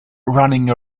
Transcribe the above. running